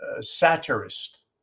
satirist